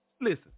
Listen